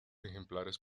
ejemplares